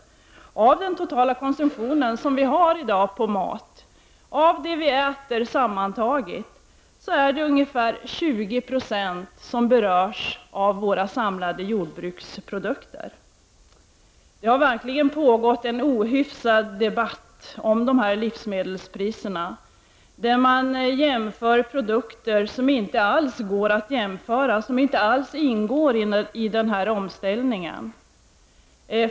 Av kostnaden för det vi äter har ungefär 20 90 att göra med konsumtionen av jordbruksprodukter. Det har verkligen pågått en ohyfsad debatt om livsmedelspriserna, där man jämför produkter som inte alls går att jämföra och som inte alls ingår i den förestående omställningen.